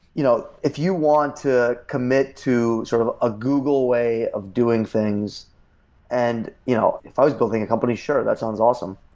you know if you want to commit to sort of a google way of doing things and you know if i was building a company, sure, that sounds awesome.